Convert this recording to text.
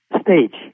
stage